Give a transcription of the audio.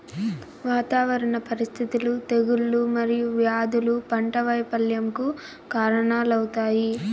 వాతావరణ పరిస్థితులు, తెగుళ్ళు మరియు వ్యాధులు పంట వైపల్యంకు కారణాలవుతాయి